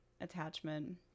attachment